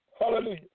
Hallelujah